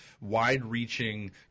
wide-reaching